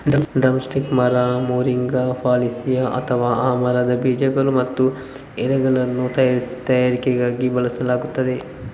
drum stick ಮರ, moringa oleifera, ಅಥವಾ ಆ ಮರದ ಬೀಜಗಳು ಮತ್ತು ಎಲೆಗಳನ್ನು ತರಕಾರಿಯಾಗಿ ಬಳಸಲಾಗುತ್ತದೆ